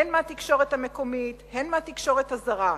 הן מהתקשורת המקומית הן מהתקשורת הזרה,